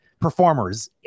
Performers